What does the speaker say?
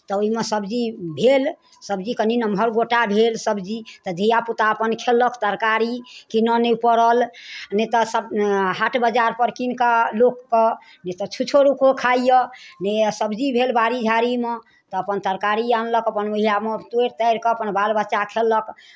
तऽ ओहिमे सब्जी भेल सब्जी कनि नम्हर गोटा भेल सब्जी तऽ धियापुता अपन खयलक तरकारी कीनय नहि पड़ल नहि तऽ सभ हाट बाजारपर कीन कऽ लोकके जे तऽ छुच्छो रूखो खाइए नहि जे सब्जी भेल बाड़ी झाड़ीमे तऽ अपन तरकारी अनलक अपन उएहमे तोड़ि ताड़ि कऽ अपन बाल बच्चा खयलक